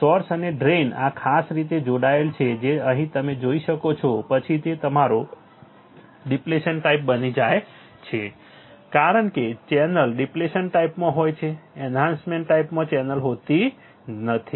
source અને drain આ ખાસ રીતે જોડાયેલ છે જે તમે અહીં જોઈ શકો છો પછી તે તમારો ડિપ્લેશન ટાઈપ બની જાય છે કારણ કે ચેનલ ડિપ્લેશન ટાઈપમાં હોય છે એન્હાન્સમેન્ટ ટાઈપમાં ચેનલ હોતી નથી